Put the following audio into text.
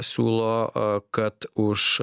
siūlo kad už